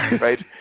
right